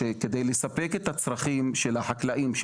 שכדי לספק את הצרכים של החקלאים,